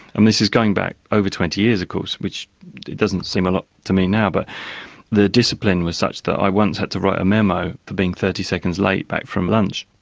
and this is going back over twenty years of course, which doesn't seem a lot to me now, but the discipline was such that i once had to write a memo for being thirty seconds late back from lunch.